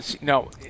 no –